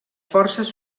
forces